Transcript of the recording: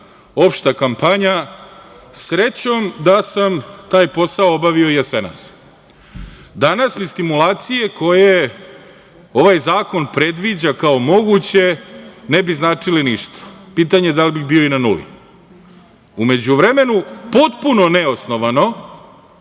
opšta kampanja, srećom da sam taj posao obavio jesenas. Danas mi stimulacije koje ovaj zakon predviđa kao moguće ne bi značile ništa. Pitanje je da li bih bio i na nuli.U međuvremenu, potpuno neosnovano